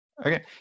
Okay